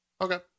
Okay